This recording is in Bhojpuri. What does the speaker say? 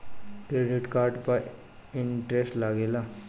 क्रेडिट कार्ड पर इंटरेस्ट लागेला?